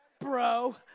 bro